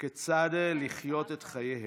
כיצד לחיות את חייהן.